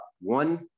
one